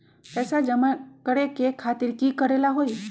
पैसा जमा करे खातीर की करेला होई?